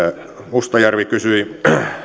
mustajärvi kysyi